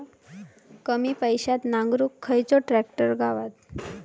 कमी पैशात नांगरुक खयचो ट्रॅक्टर गावात?